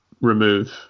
remove